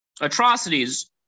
atrocities